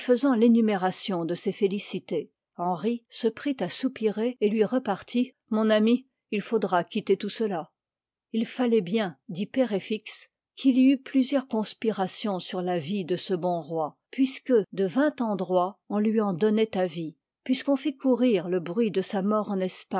faisant l'énumération de ses félicités henri se prit à soupirer et lui repartit mon ami il faudra quitter tout cela il falloit bien dit péréfixe qu'il y eût plusieurs conspirations sur la vie de ce bon roi puisque de vingt endroits on lui en donnait avis puisqu'on fit courir le bruit liv i de sa mort en